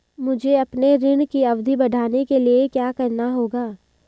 मुझे अपने ऋण की अवधि बढ़वाने के लिए क्या करना होगा?